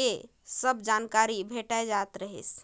के जम्मो जानकारी भेटाय जात रहीस